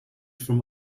from